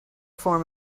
form